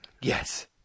Yes